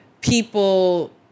people